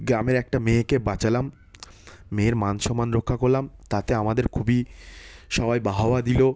গ্রামের একটা মেয়েকে বাঁচালাম মেয়ের মান সম্মান রক্ষা করলাম তাতে আমাদের খুবই সবাই বাহবা দিলো